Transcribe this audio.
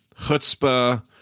chutzpah